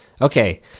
Okay